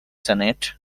senate